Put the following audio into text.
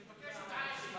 מבקש הודעה אישית.